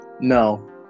No